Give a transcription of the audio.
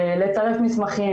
לצרף מסמכים,